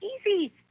easy